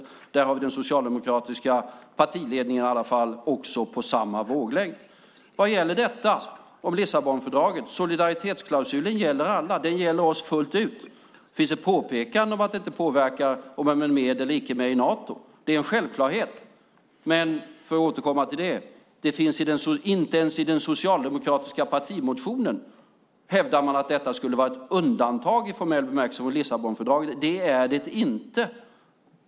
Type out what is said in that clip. Där har vi i alla fall den socialdemokratiska partiledningen på samma våglängd. Vad gäller Lissabonfördraget gäller solidaritetsklausulen alla. Den gäller oss fullt ut. Det finns ett påpekande om att det inte påverkar om man är med eller icke är med i Nato. Det är en självklarhet. För att återkomma till det: Inte ens i den socialdemokratiska partimotionen hävdar man att detta skulle vara ett undantag i formell bemärkelse från Lissabonfördraget, och det är det inte.